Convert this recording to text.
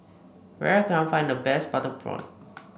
where can I find the best Butter Prawn